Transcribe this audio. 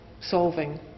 solving